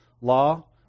law